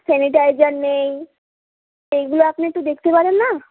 sanitiser নেই এইগুলো আপনি একটু দেখতে পারেন না